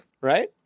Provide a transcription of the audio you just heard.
right